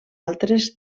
altres